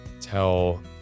tell